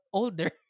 older